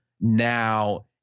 now